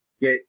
Get